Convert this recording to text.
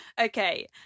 Okay